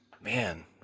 Man